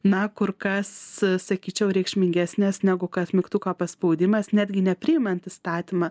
na kur kas sakyčiau reikšmingesnės negu kad mygtuko paspaudimas netgi nepriimant įstatymą